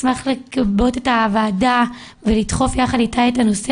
אשמח לגבות את הוועדה ולדחוף יחד אתכם את הנושא